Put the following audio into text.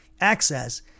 access